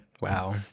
Wow